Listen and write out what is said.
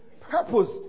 purpose